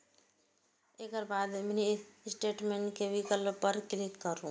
एकर बाद mini statement के विकल्प पर क्लिक करू